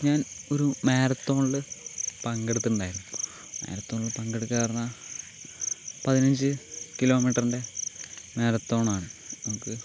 ഞാൻ ഒരു മാരത്തോണിൽ പങ്കെടുത്തിട്ടുണ്ടായിരുന്നു മാരത്തോണിൽ പങ്കെടുക്കുകയെന്ന് പറഞ്ഞാൽ പതിനഞ്ച് കിലോമീറ്ററിൻ്റെ മാരത്തോണാണ് നമുക്ക്